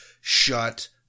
Shut